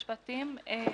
בסדר.